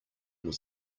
was